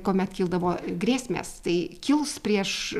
kuomet kildavo grėsmės tai kils prieš